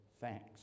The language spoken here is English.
thanks